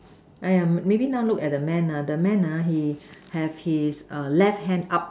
!aiya! maybe now look at the man ah the man ah he have his err left hand up